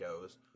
goes